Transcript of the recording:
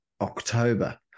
October